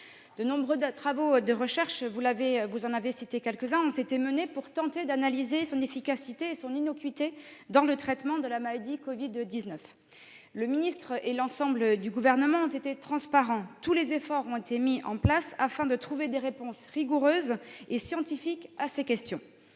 De nombreux travaux de recherche- vous en avez cité quelques-uns -ont été menés pour tenter d'analyser son efficacité et son innocuité dans le traitement du Covid-19. Le ministre et l'ensemble du Gouvernement ont été transparents : tous les efforts ont été accomplis, afin de trouver des réponses rigoureuses et scientifiques à cette question.